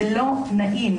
זה לא נעים.